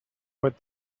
what